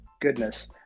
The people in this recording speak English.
goodness